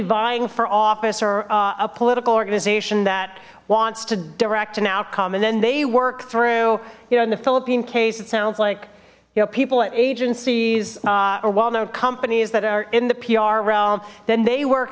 vying for office or a political organization that wants to direct an outcome and then they work through you know in the philippine case it sounds like you know people at agencies or well known companies that are in the pr realm then they work